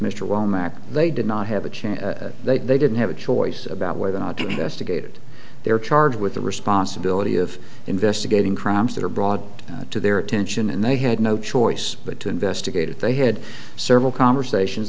womack they did not have a chance they didn't have a choice about whether or not just a gated they were charged with the responsibility of investigating crimes that are brought to their attention and they had no choice but to investigate if they had several conversations